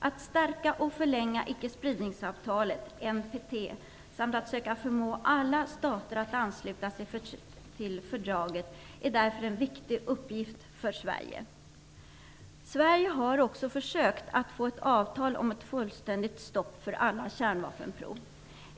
Att stärka och förlänga icke-spridningsfördraget, NPT, samt att söka förmå alla stater att ansluta sig till fördraget är därför en viktig uppgift för Sverige. Sverige har också försökt att få ett avtal om ett fullständigt stopp för alla kärnvapenprov.